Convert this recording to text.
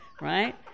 right